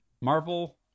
Marvel